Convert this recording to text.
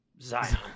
zion